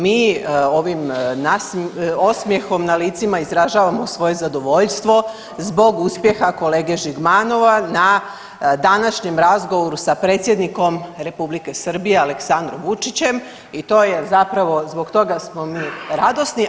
Mi ovim osmjehom na licima izražavamo svoje zadovoljstvo zbog uspjeha kolege Žigmanova na današnjem razgovoru sa predsjednikom Republike Srbije Aleksandrom Vučićem i to je zapravo zbog toga smo mi radosni.